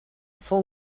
fou